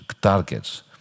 targets